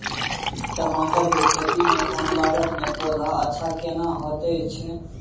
टमाटर के खेती में कम लागत में पौधा अच्छा केना होयत छै?